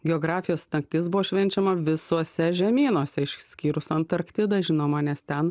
geografijos naktis buvo švenčiama visuose žemynuose išskyrus antarktidą žinoma nes ten